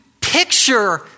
picture